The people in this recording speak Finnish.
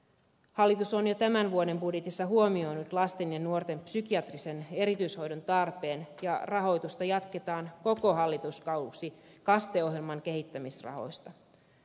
hallitus on jo tämän vuoden budjetissa huomioinut lasten ja nuorten psykiatrisen erityishoidon tarpeen ja rahoitusta jatketaan koko hallituskausi kaste ohjelman kehittämisrahoista